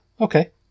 Okay